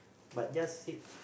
but just sit